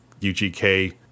UGK